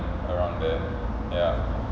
around there ya